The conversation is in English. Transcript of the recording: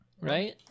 Right